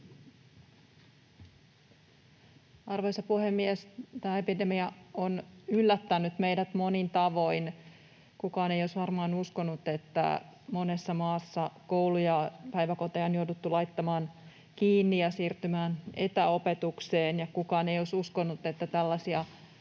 Arvoisa puhemies! Tämä epidemia on yllättänyt meidät monin tavoin. Kukaan ei olisi varmaan uskonut, että monessa maassa kouluja ja päiväkoteja on jouduttu laittamaan kiinni ja siirtymään etäopetukseen, ja kukaan ei olisi uskonut, että tällaisia